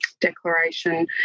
declaration